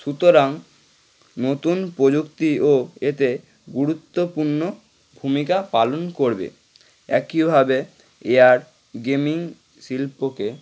সুতরাং নতুন প্রযুক্তিও এতে গুরুত্বপূর্ণ ভূমিকা পালন করবে একইভাবে এয়ার গেমিং শিল্পকে